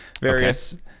Various